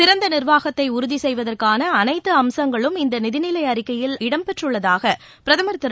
சிறந்த நிர்வாகத்தை உறுதி செய்வதற்கான அனைத்து அம்சங்களும் இந்த நிதிநிலை அறிக்கையில் இடம்பெற்றுள்ளதாக பிரதமர் திரு